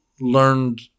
learned